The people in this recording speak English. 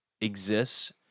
exists